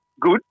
good